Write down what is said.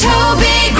Toby